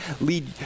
Lead